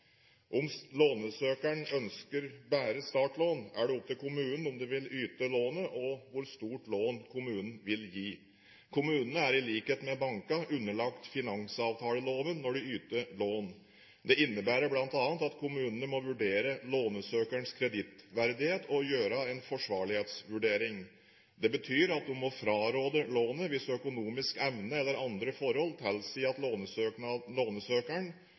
ønsker startlån, er det opp til kommunen om den vil yte lånet, og hvor stort lån kommunen vil yte. Kommunene er, i likhet med bankene, underlagt finansavtaleloven når de yter lån. Det innebærer bl.a. at kommunene må vurdere lånsøkerens kredittverdighet og foreta en forsvarlighetsvurdering. Det betyr at de må fraråde lånet hvis økonomisk evne eller andre forhold tilsier at